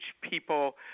people